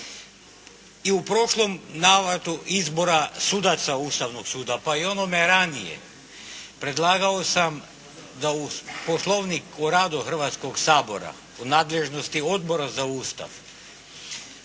I u prošlom navratu izbora sudaca Ustavnog suda, pa i onome ranije predlagao sam da u Poslovnik o radu Hrvatskog sabora, po nadležnosti Odbora za Ustav